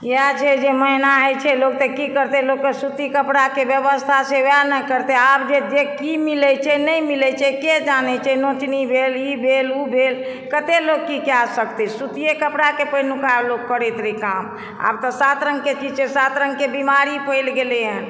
इएह जे जे महीना होयत छै लोक तऽ की करतै लोकके सूती कपड़ा के व्यवस्था छै वएह ने करतै आब जे जे की मिलैत छै नै मिलैत छै के जानय छै नोचनी भेल ई भेल ओ भेल कतय लोक की कए सकतै सूतीए कपड़ाके पहिनुका लोक करैत रहय काम आब तऽ सात रङ्गके चीज छै सात रङ्गके बीमारी फैल गेलय हन